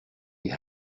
die